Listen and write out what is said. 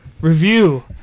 review